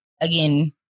again